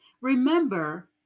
Remember